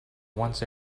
once